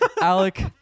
alec